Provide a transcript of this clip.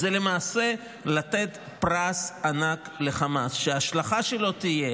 למעשה זה לתת פרס ענק לחמאס, שההשלכה תהיה